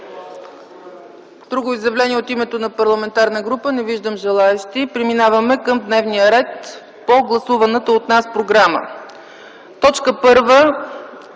друго изявление от името на парламентарна група? Не виждам желаещи. Преминаваме към дневния ред по гласуваната от нас програма: Точка първа: